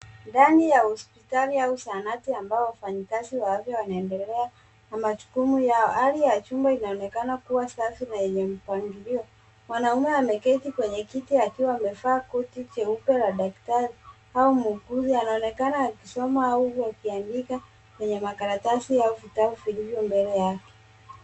Ndani ya hospitali au zahanati ambayo wafanyikazi wa afya wanaendelea na majukumu yao. Hali ya chumba inaonekana safi na yenye mpangilio. Mwanaume ameketi kwenye kiti akiwa amevaa koti jeupe la daktari au muuguzi. Anaonekana akisoma au akiandika kwenye makaratasi au vitabu vilivyo mbele yake.